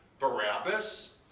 Barabbas